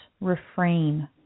refrain